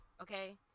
Okay